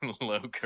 Low